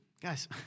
Guys